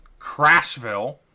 Crashville